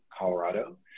Colorado